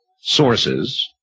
sources